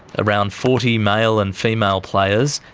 around forty male and female players,